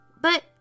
But